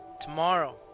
tomorrow